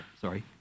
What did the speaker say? Sorry